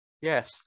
yes